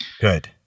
good